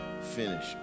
finish